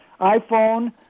iPhone